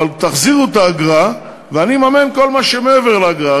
אבל תחזירו את האגרה ואני אממן כל מה שמעבר לאגרה.